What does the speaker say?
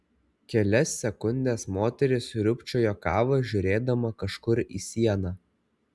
kelias sekundes moteris sriūbčiojo kavą žiūrėdama kažkur į sieną